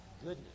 goodness